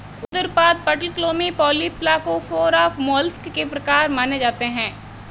उदरपाद, पटलक्लोमी, Polyplacophora, mollusc के प्रकार माने जाते है